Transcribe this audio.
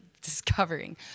discovering